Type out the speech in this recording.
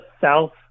south